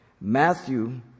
Matthew